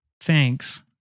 Thanks